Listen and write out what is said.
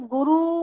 Guru